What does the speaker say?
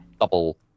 double